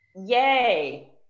Yay